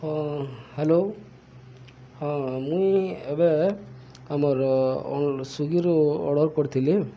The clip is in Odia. ହଁ ହ୍ୟାଲୋ ହଁ ମୁଇଁ ଏବେ ଆମର ସ୍ଵିଗିରୁ ଅର୍ଡ଼ର କରିଥିଲି